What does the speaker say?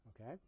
Okay